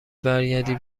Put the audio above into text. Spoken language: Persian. برگردی